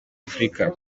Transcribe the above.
afurika